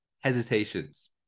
hesitations